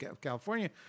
California